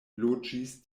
loĝis